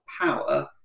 power